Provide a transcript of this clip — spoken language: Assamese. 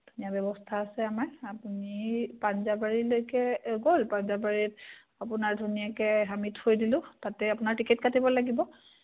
নিয়া ব্যৱস্থা আছে আমাৰ আপুনি পাঞ্জাবাৰীলৈকে গ'ল পাঞ্জাবাৰীত আপোনাৰ ধুনীয়াকৈ আমি থৈ দিলোঁ তাতে আপোনাৰ টিকেট কাটিব লাগিব